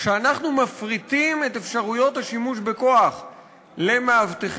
כשאנחנו מפריטים את אפשרויות השימוש בכוח למאבטחים,